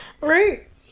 Right